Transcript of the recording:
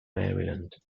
maryland